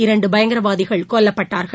இரண்டு பயங்கரவாதிகள் கொல்லப்பட்டார்கள்